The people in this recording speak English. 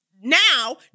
now